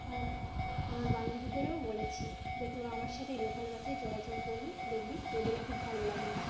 আর আমার বান্ধবীদেরও বলেছি যে তোরা আমার সাথে লোকাল বাসেই চলাচল করবি দেখবি তোদেরও খুব ভালো লাগবে